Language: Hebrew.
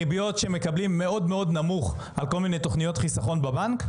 ריביות מאוד נמוכות על כל מיני תוכניות חיסכון בבנק,